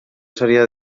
seria